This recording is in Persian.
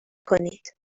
کنید